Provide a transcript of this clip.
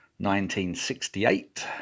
1968